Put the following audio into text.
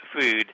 food